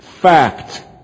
Fact